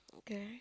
okay